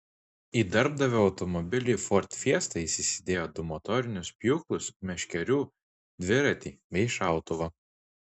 į darbdavio automobilį ford fiesta jis įsidėjo du motorinius pjūklus meškerių dviratį bei šautuvą